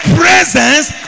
presence